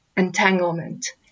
entanglement